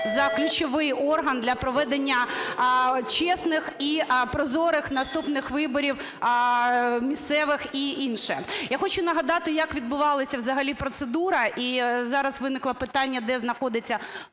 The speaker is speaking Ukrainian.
за ключовий орган для проведення чесних і прозорих наступних виборів місцевих і інше. Я хочу нагадати, як відбувалася взагалі процедура, і зараз виникло питання, де знаходиться